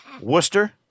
Worcester